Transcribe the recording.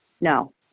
No